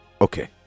okay